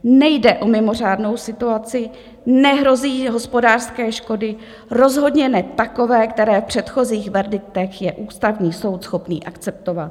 Nejde o mimořádnou situaci, nehrozí hospodářské škody, rozhodně ne takové, které v předchozích verdiktech je Ústavní soud schopný akceptovat.